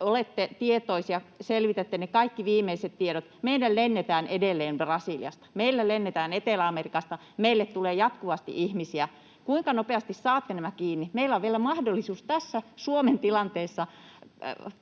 olette tietoisia, selvitätte ne kaikki viimeiset tiedot. Meille lennetään edelleen Brasiliasta. Meille lennetään Etelä-Amerikasta. Meille tulee jatkuvasti ihmisiä. Kuinka nopeasti saatte nämä kiinni? Meillä on vielä mahdollisuus tässä Suomen tilanteessa